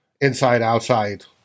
inside-outside